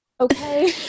Okay